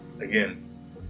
again